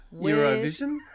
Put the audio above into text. Eurovision